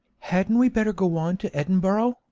hadn't we better go on to edinburgh,